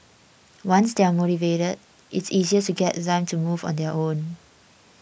once they are motivated it's easier to get them to move on their own